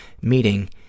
meeting